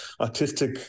artistic